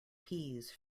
peas